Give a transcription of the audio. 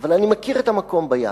אבל אני מכיר את המקום ביער,